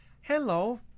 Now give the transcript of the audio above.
Hello